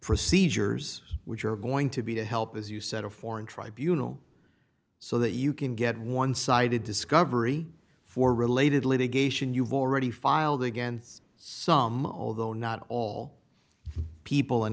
procedures which are going to be to help as you said a foreign tribunals so that you can get one sided discovery for related litigation you've already filed against some although not all people and